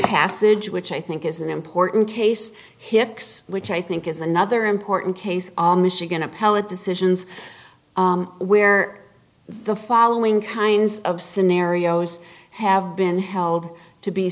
passage which i think is an important case hicks which i think is another important case on michigan appellate decisions where the following kinds of scenarios have been held to be